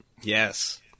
Yes